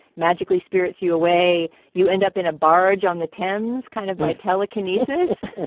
magically spirits you away, you end up in a barge on the ten s kind of my telekinesis.